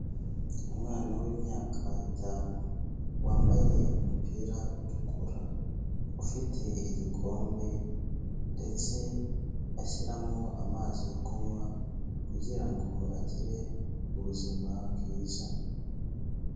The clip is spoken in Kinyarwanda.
Umwana w'imyaka itanu, wambaye umupira utukura, ufite igikombe ndetse ashyiramo amazi yo kunywa kugira ngo agire ubuzima bwiza.